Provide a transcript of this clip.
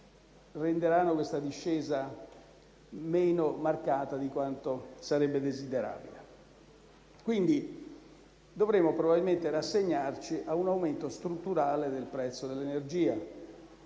renderanno questa discesa meno marcata di quanto sarebbe desiderabile, per cui dovremo forse rassegnarci a un aumento strutturale del prezzo dell'energia.